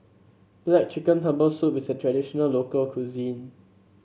black chicken Herbal Soup is a traditional local cuisine